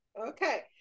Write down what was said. okay